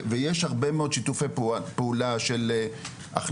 ויש הרבה מאוד שיתופי פעולה של הכנסה